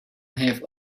have